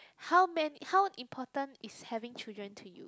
how many how important is having children to you